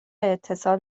اتصال